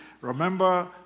Remember